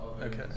okay